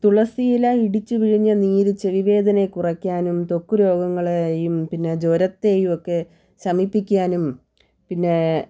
തുളസിയില ഇടിച്ച് പിഴിഞ്ഞ് നീര് ചെവിവേദന കുറക്കാനും ത്വക്ക് രോഗങ്ങളെയും പിന്നെ ജ്വരത്തെയും ഒക്കെ ശമിപ്പിക്കാനും പിന്നെ